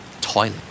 Toilet